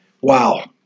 wow